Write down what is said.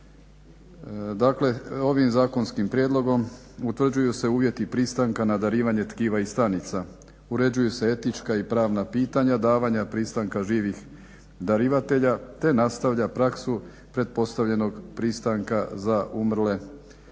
Dakle, ovim zakonskim prijedlogom utvrđuju se uvjeti pristanka na darivanje tkiva i stanica, uređuju se etička i pravna pitanja, davanja pristanka živih darivatelja, te nastavlja praksu pretpostavljenog pristanka za umrle